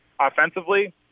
offensively